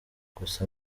gusa